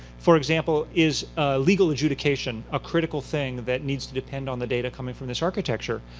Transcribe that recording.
for example, is legal adjudication a critical thing that needs to depend on the data coming from this architecture?